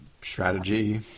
strategy